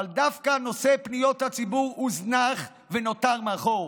אבל דווקא נושא פניות הציבור הוזנח ונותר מאחור.